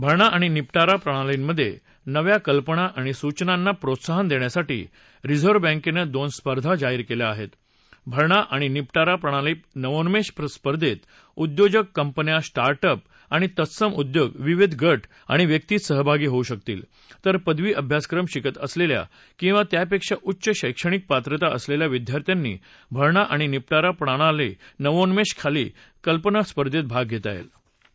भरणा आणि निपटारा प्रणालींमधनिव्या कल्पना आणि सूचनांना प्रोत्साहन दख्यासाठी रिझर्व्ह बँक्ती दोन स्पर्धा जाहीर कल्पा आहर्व भरणा आणि निपटारा प्रणाली नवोन्मध्वस्पर्धेत उद्योजक कंपन्या स्टार्टअप आणि तत्सम उद्योग विविध गट आणि व्यक्ती सहभागी होऊ शकतील तर पदवी अभ्यासक्रम शिकत असलख्खा किंवा त्यापक्षी उच्च शैक्षणिक पात्रता असलख्खा विद्यर्थ्यांनी भरणा आणि निपटारा प्रणाली नवोन्मध्विती कल्पना स्पर्धेत भाग घस्तीयईक्ति